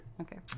Okay